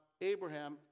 Abraham